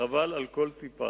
חבל על כל טיפה.